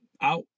out